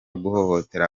guhohotera